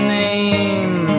name